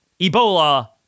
Ebola